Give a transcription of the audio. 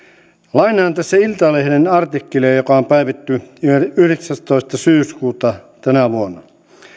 lainaan tässä iltalehden artikkelia joka on päivätty yhdeksästoista syyskuuta tänä vuonna